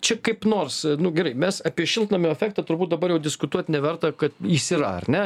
čia kaip nors nu gerai mes apie šiltnamio efektą turbūt dabar jau diskutuot neverta kad jis yra ar ne